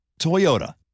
Toyota